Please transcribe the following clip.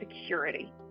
security